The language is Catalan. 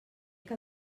que